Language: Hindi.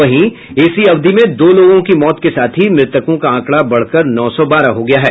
वहीं इसी अवधि में दो लोगों की मौत के साथ ही मृतकों का आंकड़ा बढ़कर नौ सौ बारह हो गया है